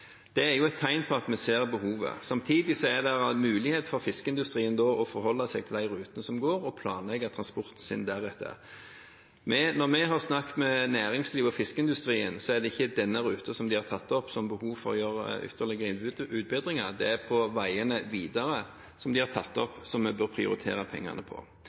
Det er et tegn på at vi ser behovet. Samtidig er det mulig for fiskeindustrien å forholde seg til de rutene som går, og planlegge transporten sin deretter. Når vi har snakket med næringslivet og fiskeindustrien, er det ikke denne ruten de har tatt opp at det er behov for å gjøre ytterligere utbedringer på. Det er veiene videre de har sagt vi bør prioritere pengene på.